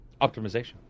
Optimization